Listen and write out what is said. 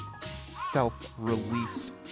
self-released